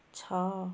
ଛଅ